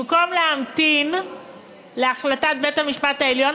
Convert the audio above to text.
במקום להמתין להחלטת בית-המשפט העליון,